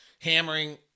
hammering